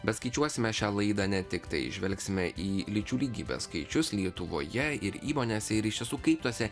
bet skaičiuosime šią laidą ne tiktai žvelgsime į lyčių lygybės skaičius lietuvoje ir įmonėse ir iš tiesų kaip tose